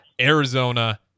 Arizona